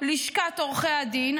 לשכת עורכי הדין.